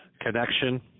connection